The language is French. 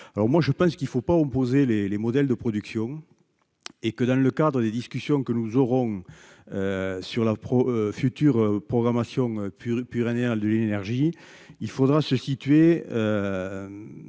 donc qu'il ne faut pas opposer les modèles de production. Dans le cadre des discussions que nous aurons sur la future programmation pluriannuelle de l'énergie, il faudra adopter